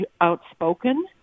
outspoken